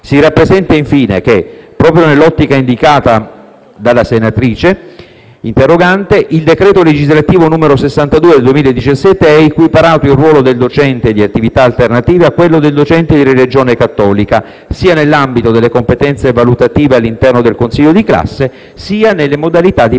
Si rappresenta infine che, proprio nell'ottica indicata dalla senatrice interrogante, il decreto legislativo n. 62 del 2017 ha equiparato il ruolo del docente di attività alternative a quello del docente di religione cattolica, sia nell'ambito delle competenze valutative all'interno del consiglio di classe, sia nelle modalità di